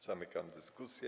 Zamykam dyskusję.